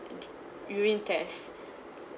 urine test